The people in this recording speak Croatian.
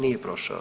Nije prošao.